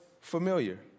familiar